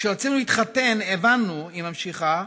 כשרצינו להתחתן הבנו, היא ממשיכה,